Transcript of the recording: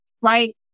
right